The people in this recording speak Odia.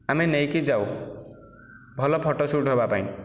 ଆମେ ନେଇକି ଯାଉ ଭଲ ଫଟୋ ସୁଟ୍ ହେବା ପାଇଁ